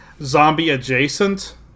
zombie-adjacent